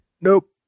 Nope